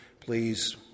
Please